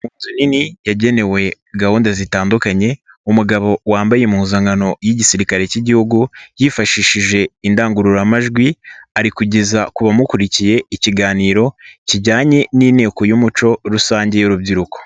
Inzu nini yagenewe gahunda zitandukanye, umugabo wambaye impuzankano y'igisirikare cy'Igihugu, yifashishije indangururamajwi ari kugeza ku bamukurikiye ikiganiro kijyanye n'inteko y'umuco rusange y'urubyiruko.